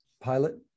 pilot